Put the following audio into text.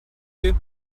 you